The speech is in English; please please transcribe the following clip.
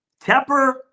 Tepper